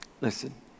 Listen